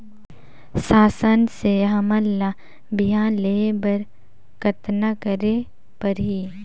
शासन से हमन ला बिहान लेहे बर कतना करे परही?